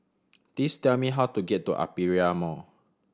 please tell me how to get to Aperia Mall